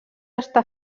està